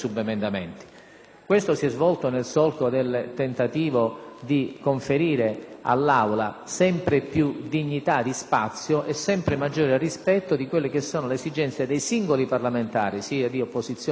Questo si è svolto nel solco del tentativo di conferire all'Aula sempre più dignità di spazio e sempre maggiore rispetto di quelle che sono le esigenze dei singoli parlamentari, sia di opposizione che di maggioranza,